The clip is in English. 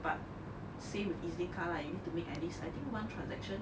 but same with EZ-link card lah you need to make at least I think one transaction